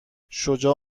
شجاع